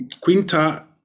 Quinta